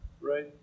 right